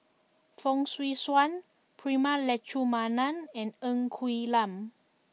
Fong Swee Suan Prema Letchumanan and Ng Quee Lam